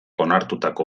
onartutako